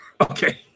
Okay